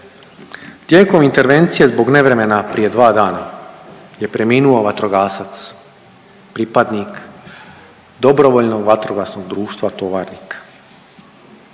tijekom intervencije zbog nevremena je preminuo vatrogasac pripadnik Dobrovoljnog vatrogasnog društva Tovarnik,